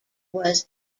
was